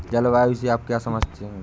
जलवायु से आप क्या समझते हैं?